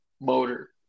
motor